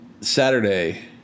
Saturday